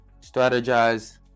strategize